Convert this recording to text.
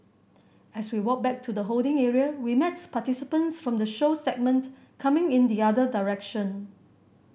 as we walk back to the holding area we meet participants from the show segment coming in the other direction